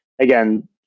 again